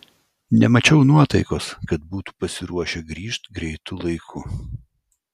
nemačiau nuotaikos kad būtų pasiruošę grįžt greitu laiku